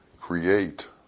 create